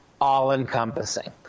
all-encompassing